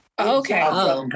Okay